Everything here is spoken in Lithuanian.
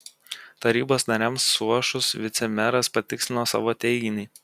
tarybos nariams suošus vicemeras patikslino savo teiginį